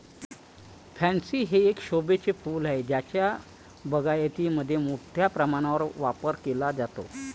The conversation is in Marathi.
पॅन्सी हे एक शोभेचे फूल आहे ज्याचा बागायतीमध्ये मोठ्या प्रमाणावर वापर केला जातो